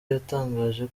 yatangaje